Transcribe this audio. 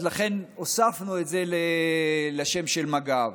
אז לכן הוספנו את זה לשם של מג"ב.